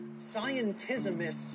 Scientismists